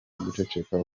guceceka